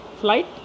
flight